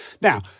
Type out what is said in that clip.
Now